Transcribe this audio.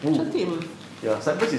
cantik apa ah